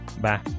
Bye